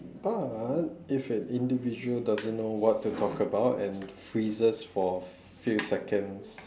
but if an individual doesn't know what to talk about and freezes for few seconds